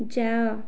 ଯାଅ